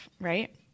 right